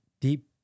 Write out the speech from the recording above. deep